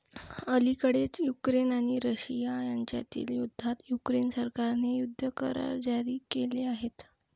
अलिकडेच युक्रेन आणि रशिया यांच्यातील युद्धात युक्रेन सरकारने युद्ध करार जारी केले आहेत